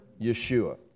Yeshua